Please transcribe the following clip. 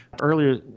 Earlier